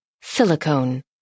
silicone